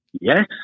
Yes